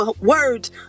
words